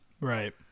Right